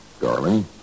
Darling